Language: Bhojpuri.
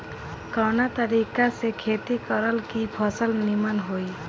कवना तरीका से खेती करल की फसल नीमन होई?